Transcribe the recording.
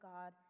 God